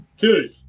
Cheers